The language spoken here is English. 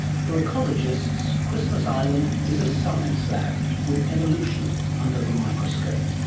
for ecologists christmas island is a science lab with evolution under the microscope.